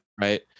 Right